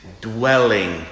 dwelling